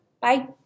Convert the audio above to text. Bye